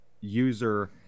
user